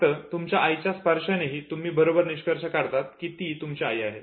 फक्त तुमच्या आईच्या स्पर्शानेही तुम्ही बरोबर निष्कर्ष काढतात की ती तुमची आई आहे